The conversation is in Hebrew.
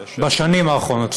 בשנים האחרונות.